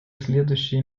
следующие